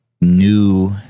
new